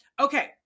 okay